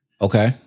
Okay